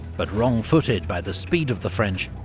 but wrongfooted by the speed of the french,